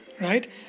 right